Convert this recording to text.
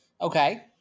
Okay